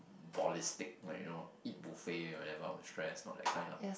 ballistic like you know eat buffet whenever I'm stress not that kind lah